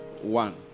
One